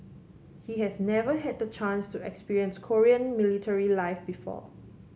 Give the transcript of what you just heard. he has never had the chance to experience Korean military life before